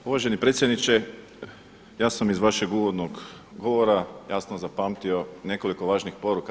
Uvaženi predsjedniče ja sam iz vašeg uvodnog govora jasno zapamtio nekoliko važnih poruka.